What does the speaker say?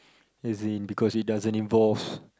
as in because it doesn't involves